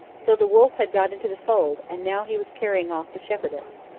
so the wolf had got into the fold, and now he was carrying off the shepherdess.